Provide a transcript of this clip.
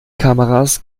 kameras